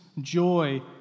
joy